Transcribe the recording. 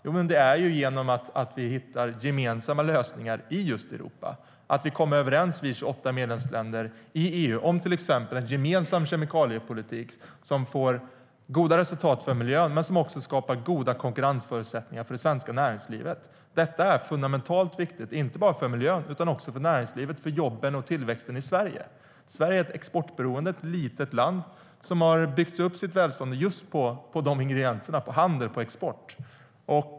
Jo, det är genom att vi hittar gemensamma lösningar i just Europa och att vi 28 medlemsländer i EU kommer överens om till exempel en gemensam kemikaliepolitik som får goda resultat för miljön men också skapar goda konkurrensförutsättningar för det svenska näringslivet. Detta är fundamentalt viktigt inte bara för miljön utan också för näringslivet, jobben och tillväxten i Sverige. Sverige är ett exportberoende litet land som har byggt upp sitt välstånd på just ingredienserna handel och export.